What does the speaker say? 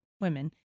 Women